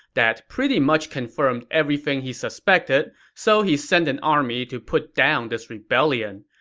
that pretty much confirmed everything he suspected, so he sent an army to put down this rebellion.